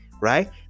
right